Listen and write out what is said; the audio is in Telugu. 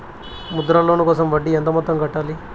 ముద్ర లోను కోసం వడ్డీ ఎంత మొత్తం కట్టాలి